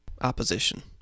opposition